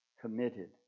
committed